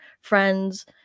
friends